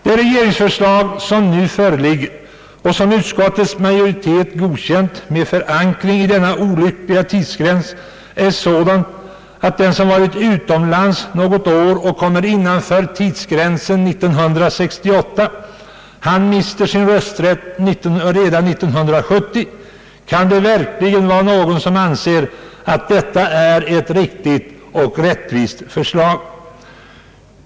Det regeringsförslag som nu föreligger och som utskottets majoritet godkänt med förankring i denna olyckliga tidsgräns innebär att den som varit utomlands något år och kommer innanför tidsgränsen 1968, mister sin rösträtt sedan 1970. är det verkligen någon som anser att detta är ett riktigt och rättvist förslag?